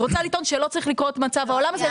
את רוצה לטעון שלא צריך להתקיים מצב העולם הזה,